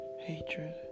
Hatred